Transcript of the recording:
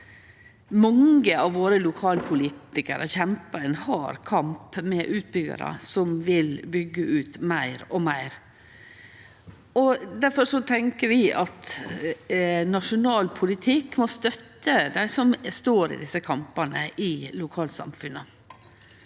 Mange av våre lokalpolitikarar kjempar ein hard kamp mot utbyggjarar som vil byggje ut meir og meir. Derfor tenkjer vi at nasjonal politikk må støtte dei som står i desse kampane i lokalsamfunna.